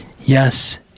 Yes